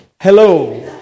hello